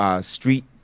street